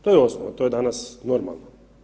To je osnova, to je danas normalno.